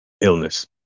illness